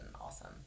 awesome